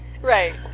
right